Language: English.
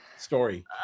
story